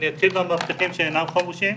אתחיל מהמאבטחים שאינם חמושים,